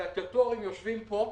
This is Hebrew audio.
הגלדיאטורים יושבים פה,